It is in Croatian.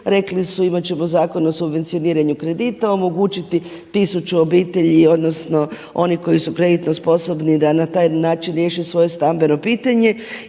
rekli su imat ćemo Zakon o subvencioniranju kredita, omogućiti tisuću obitelji odnosno oni koji su kreditno sposobni da na taj način riješe svoje stambeno pitanje